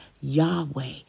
Yahweh